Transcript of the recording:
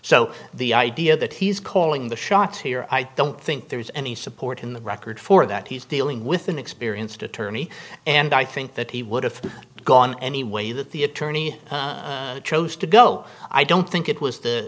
so the idea that he's calling the shots here i don't think there's any support in the record for that he's dealing with an experienced attorney and i think that he would have gone anyway that the attorney chose to go i don't think it was the